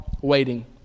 waiting